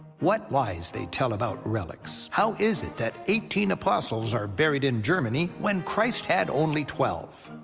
what lies they tell about relics! how is it that eighteen apostles are buried in germany when christ had only twelve?